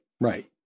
right